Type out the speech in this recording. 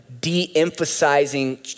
de-emphasizing